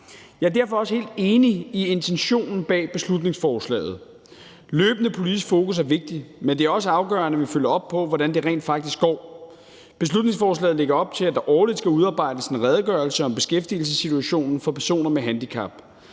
Jeg er derfor også helt enig i intentionen bag beslutningsforslaget. Løbende politisk fokus er vigtigt, men det er også afgørende, at vi følger op på, hvordan det rent faktisk går. Beslutningsforslaget lægger op til, at der årligt skal udarbejdes en redegørelse om beskæftigelsessituationen for personer med handicap.